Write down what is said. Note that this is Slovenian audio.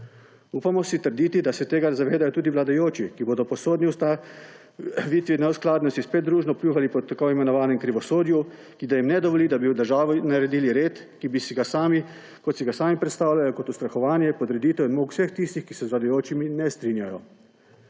Upamo si trditi, da se tega zavedajo tudi vladajoči, ki bodo po sodni ustavitvi neskladnosti spet družno pljuvali po tako imenovanem krivosodju, ki da jim ne dovoli, da bi v državi naredili red, kot si ga sami predstavljajo; kot ustrahovanje, podreditev in molk vseh tistih, ki se z vladajočimi ne strinjajo.